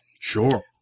Sure